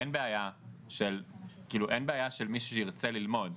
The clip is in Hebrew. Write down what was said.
אין בעיה של מישהו שירצה ללמוד,